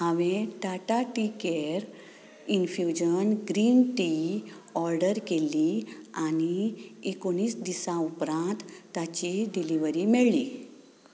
हांवें Tata tea care infusion green tea order केल्ली आनी एकुणीस दिसां उपरांत ताची डिलिव्हरी मेळ्ळी